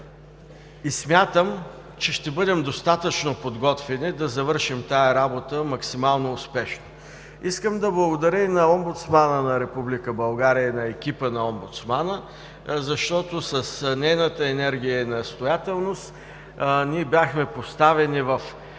Смятам, че ще бъдем достатъчно подготвени да завършим тази работа максимално успешно. Искам да благодаря и на омбудсмана на Република България и на екипа й, защото с нейната енергия и настоятелност ние бяхме поставени в тази